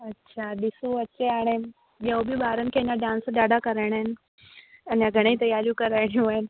अच्छा ॾिसूं अॻिते हाणे ॿियो बि ॿारनि खे अञा डांस ॾाढा कराइणा आहिनि अञा घणेईं तयारियूं करायणियूं आहिनि